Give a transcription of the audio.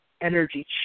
energy